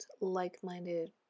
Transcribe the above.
like-minded